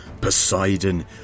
Poseidon